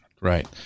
Right